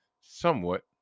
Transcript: somewhat